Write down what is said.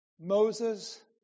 Moses